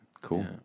Cool